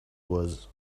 was